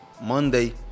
Monday